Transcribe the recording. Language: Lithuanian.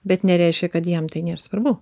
bet nereiškia kad jam tai nėr svarbu